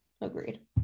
agreed